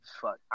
Fuck